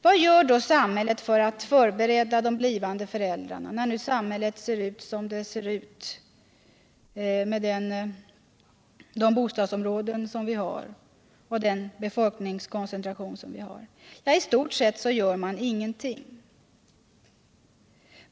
Vad gör då samhället — det samhälle som ser ut som det gör, med de bostadsområden och den befolkningskoncentration som vi har — för att förbereda de blivande föräldrarna? I stort sett ingenting.